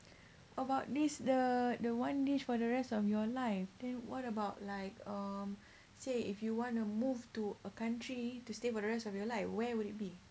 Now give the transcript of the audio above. about this the the one dish for the rest of your life then what about like um say if you want to move to a country to stay for the rest of your life where would it be